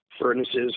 furnaces